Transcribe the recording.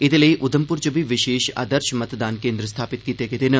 एह्दे लेई उघमपुर च बी विशेष आदर्श मतदान केन्द्र स्थापित कीते गेदे न